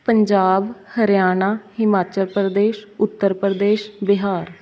Punjab Haryana Himachal Pradesh Uttar Pradesh Bihar